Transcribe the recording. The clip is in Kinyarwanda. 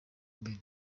imbere